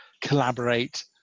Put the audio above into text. collaborate